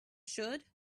should